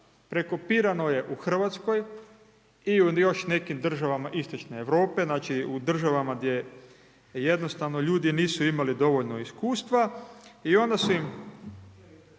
prekopirano je u RH i u još nekim državama istočne Europe, znači, u državama gdje jednostavno ljudi nisu imali dovoljno iskustva i onda su im